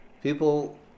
People